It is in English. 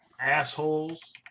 Assholes